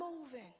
moving